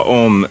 om